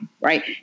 Right